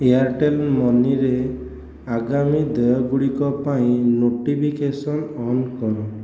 Airtel ମନିରେ ଆଗାମୀ ଦେୟଗୁଡ଼ିକ ପାଇଁ ନୋଟିଫିକେସନ୍ ଅନ୍ କର